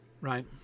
right